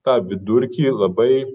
tą vidurkį labai